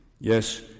Yes